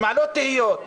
שמעלות תהיות,